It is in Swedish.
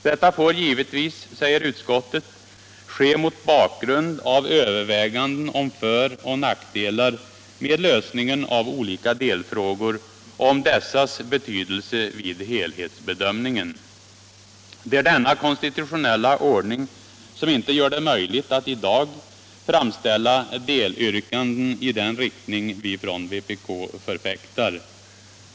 Detta får givetvis, säger utskottet, ske mot bakgrund av överväganden om föroch nackdelar med lösningen av olika delfrågor och om dessas betydelse vid helhetsbedömningen. Det är denna konstitutionella ordning som gör att det i dag inte är möjligt att framstiälla delyrkanden i den riktning vi från vpk förfäktar.